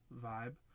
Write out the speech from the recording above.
vibe